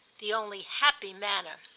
the only happy manner.